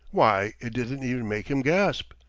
why, it didn't even make him gasp!